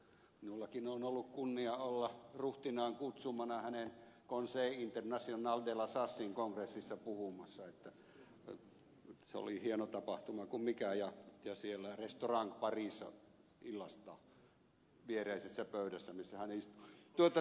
minullakin on ollut kunnia olla ruhtinaan kutsumana hänen conseil international de la chassen kongressissa puhumassa se oli hieno tapahtuma kuin mikä ja siellä hotel parisssa illastaa viereisessä pöydässä missä hän istui